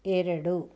ಎರಡು